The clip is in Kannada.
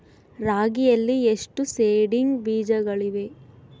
ರಾಗಿಯಲ್ಲಿ ಎಷ್ಟು ಸೇಡಿಂಗ್ ಬೇಜಗಳಿವೆ?